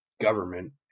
government